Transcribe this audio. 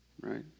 right